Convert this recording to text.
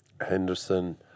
Henderson